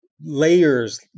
layers